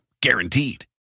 Guaranteed